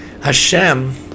Hashem